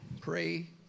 pray